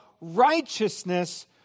righteousness